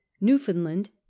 Newfoundland